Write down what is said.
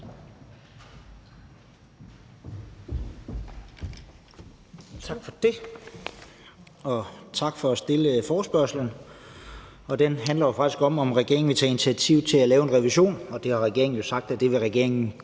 Tak for det, og tak for at stille forespørgslen. Den handler jo faktisk om, om regeringen vil tage initiativ til at lave en revision, og det har regeringen sagt, at det vil regeringen